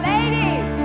Ladies